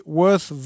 worth